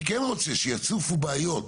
אני כן רוצה שיצופו בעיות